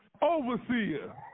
Overseer